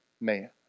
man